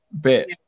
bit